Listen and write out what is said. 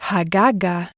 Hagaga